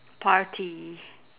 party